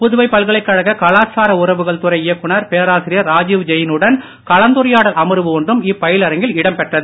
புதுவை பல்கலைக் கழக கலாச்சார உறவுகள் துறை இயக்குநர் பேராசிரியர் ராஜீவ் ஜெயினுடன் கலந்துரையாடல் அமர்வு ஒன்றும் இப்பயிலரங்கில் இடம் பெற்றது